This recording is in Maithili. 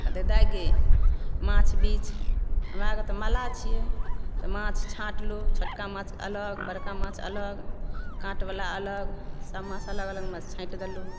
कहतय दाय गै माछ बिछ हमरा अरके तऽ मल्लाह छियै तऽ माछ छाँटलु छोटका माछ अलग बड़का माछ अलग काँट वाला अलग सभमे से अलग अलग छाँटि देलुँ